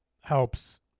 helps